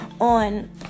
on